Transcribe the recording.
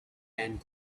and